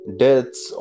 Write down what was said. deaths